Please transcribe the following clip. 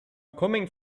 coming